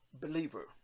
believer